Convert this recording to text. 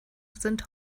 sind